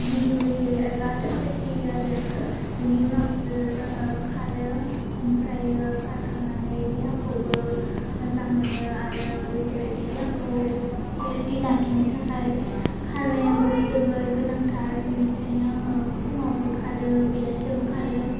गिदिंग्रोयो एबा थाबायग्रोयो आरो बिनि उनावसो जोङो खारो ओमफ्रायो खारखांनानै देहाखौबो मोजां मोनो आरो बेफोरबायदि देहाखौ हेलदि लाखिनो थाखाय खारनायाबो जोबोर गोनांथार बेनिखायनो आङो फुङावबो खारो बेलासियावबो खारो